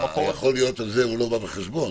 המחוז --- היכול להיות הזה לא בא בחשבון.